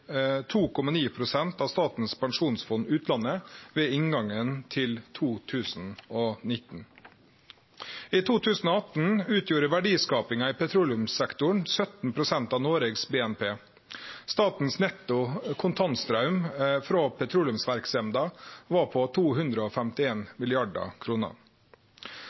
av Statens pensjonsfond utland ved inngangen til 2019. I 2018 utgjorde verdiskapinga i petroleumssektoren 17 pst. av Noregs BNP. Statens netto kontantstraum frå petroleumsverksemda var